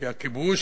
כי הכיבוש,